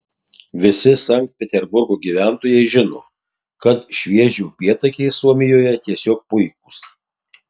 visi sankt peterburgo gyventojai žino kad švieži upėtakiai suomijoje tiesiog puikūs